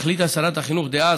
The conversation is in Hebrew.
החליטה שרת החינוך דאז,